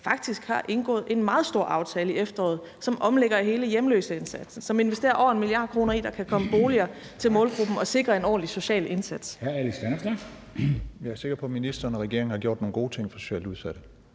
faktisk har indgået en meget stor aftale i efteråret, som omlægger hele hjemløseindsatsen; som investerer over 1 mia. kr. i, at der kan komme boliger til målgruppen og sikres en ordentlig social indsats. Kl. 13:37 Formanden (Henrik Dam Kristensen): Hr. Alex Vanopslagh.